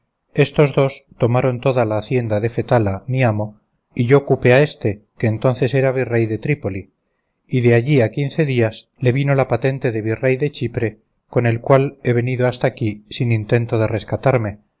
estos dos tomaron toda la hacienda de fetala mi amo y yo cupe a éste que entonces era virrey de trípol y de allí a quince días le vino la patente de virrey de chipre con el cual he venido hasta aquí sin intento de rescatarme